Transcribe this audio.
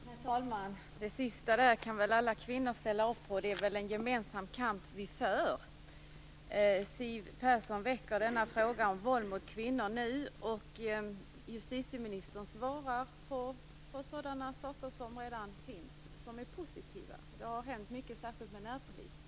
Herr talman! Det sista som sades kan nog alla kvinnor ställa upp på, för det är väl en gemensam kamp som förs. Siw Persson väcker frågan om våld mot kvinnor nu, och justieministern ger svar om sådant som redan finns och som är positivt. Det har ju hänt mycket, särskilt med närpolisverksamheten.